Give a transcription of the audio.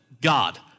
God